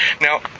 Now